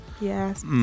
Yes